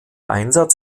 einsatz